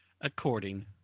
according